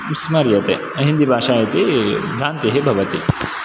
स्मर्यते हिन्दी भाषा इति भ्रान्तिः भवति